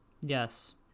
yes